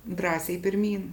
drąsiai pirmyn